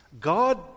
God